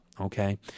Okay